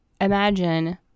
imagine